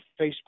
Facebook